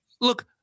Look